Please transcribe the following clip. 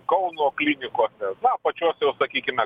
kauno klinikose na pačiose jau sakykime